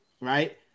right